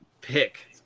pick